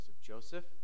Joseph